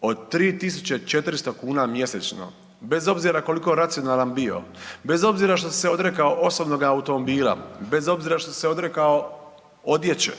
od 3.400 kuna mjesečno bez obzira koliko racionalan bio, bez obzira što si se odrekao osobnoga automobila, bez obzira što si se odrekao odjeće,